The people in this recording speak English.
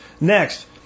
Next